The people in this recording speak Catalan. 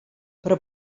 però